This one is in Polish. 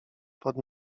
pod